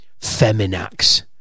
Feminax